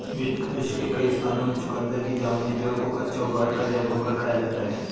विश्व के कई स्थानों में चुकंदर की जामुनी जड़ को कच्चा उबालकर या भूनकर खाया जाता है